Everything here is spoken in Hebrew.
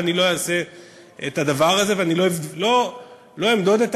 ולא אעשה את הדבר הזה ולא אמדוד את